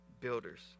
builders